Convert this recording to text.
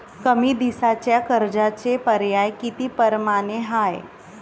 कमी दिसाच्या कर्जाचे पर्याय किती परमाने हाय?